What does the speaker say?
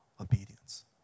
obedience